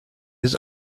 his